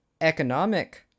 economic